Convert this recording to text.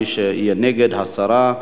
מי שיהיה נגד, הסרה.